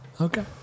Okay